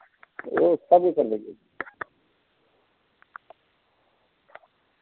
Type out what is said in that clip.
ओ सब कुछ कर लेगे